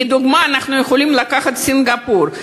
כדוגמה אנחנו יכולים לקחת את סינגפור,